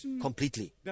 completely